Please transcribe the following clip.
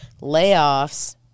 layoffs